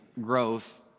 growth